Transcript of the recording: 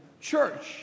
church